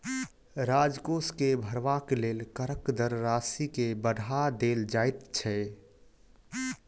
राजकोष के भरबाक लेल करक दर राशि के बढ़ा देल जाइत छै